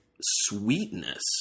sweetness